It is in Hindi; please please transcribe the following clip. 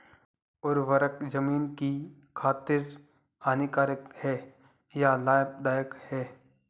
उर्वरक ज़मीन की खातिर हानिकारक है या लाभदायक है?